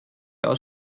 aus